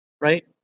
right